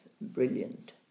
brilliant